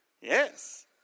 Yes